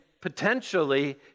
potentially